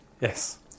Yes